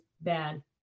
bad